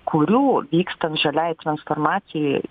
kurių vykstant žaliajai transformacijai